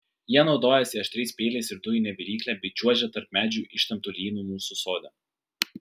jie naudojasi aštriais peiliais ir dujine virykle bei čiuožia tarp medžių ištemptu lynu mūsų sode